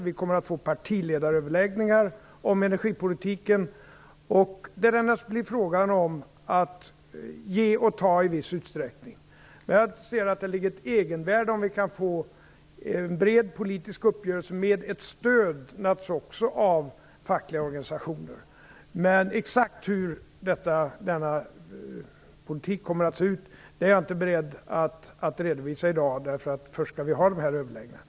Vi kommer att få partiledaröverläggningar om energipolitiken där det naturligtvis i viss utsträckning blir fråga om att ge och ta. Jag anser att det ligger ett egenvärde i om vi kan få en bred politisk uppgörelse, naturligtvis också med ett stöd av fackliga organisationer. Exakt hur denna politik kommer att se ut är jag inte beredd att redovisa i dag, utan först skall vi ha dessa överläggningar.